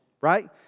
right